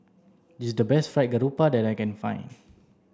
this is the best fried garoupa that I can find